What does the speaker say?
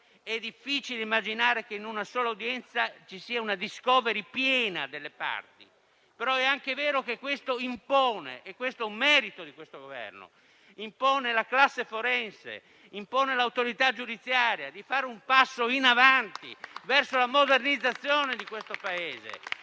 È difficile immaginare che in una sola udienza ci sia una *discovery* piena delle parti, però è anche vero che questo impone (ed è un merito di questo Governo) alla classe forense e all'autorità giudiziaria di fare un passo in avanti verso la modernizzazione di questo Paese.